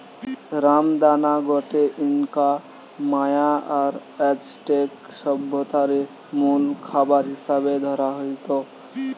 রামদানা গটে Inca, Maya আর অ্যাজটেক সভ্যতারে মুল খাবার হিসাবে ধরা হইত